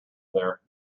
there